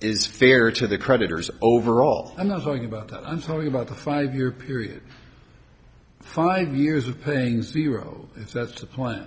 is fair to the creditors overall i'm not talking about that i'm talking about a five year period five years of paying zero if that's the point